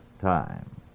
time